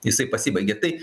jisai pasibaigė tai